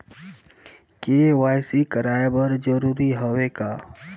KYC कराय बर जरूरी हवे का?